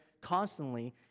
constantly